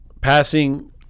passing